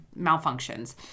malfunctions